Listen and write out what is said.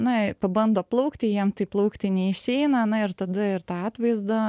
na pabando plaukti jiem taip laukti neišeina na ir tada ir tą atvaizdą